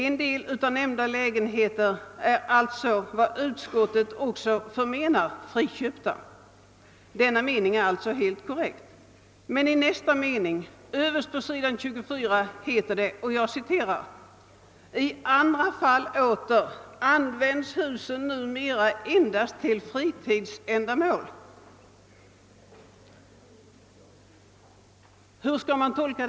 En del av nämnda lägenheter är alltså, såsom utskottet också förmenar, friköpta. Denna mening är alltså helt korrekt. I nästa mening däremot, överst på sidan 24, står följande: »I andra fall åter används husen numera endast för fritidsändamål ———.» Hur skall detta tolkas?